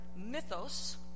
mythos